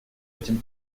этим